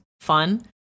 fun